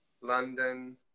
london